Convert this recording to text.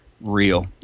real